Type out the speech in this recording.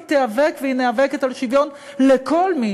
היא תיאבק והיא נאבקת על שוויון לכל מי